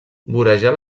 vorejar